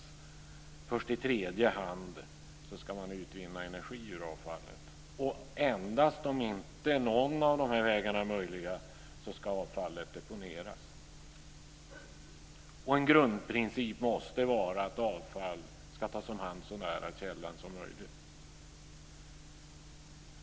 Först i tredje hand ska man utvinna energi ur avfallet. Och endast om inte någon av de här vägarna är möjliga ska avfallet deponeras. En grundprincip måste vara att avfall ska tas om hand så nära källan som möjligt.